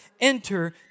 enter